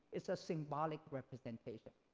it's a symbolic representation.